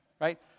right